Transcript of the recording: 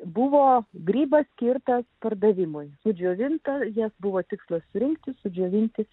buvo grybas skirta pardavimui į džiovintą jis buvo tik tuos reikia sudžiovinti